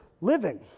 living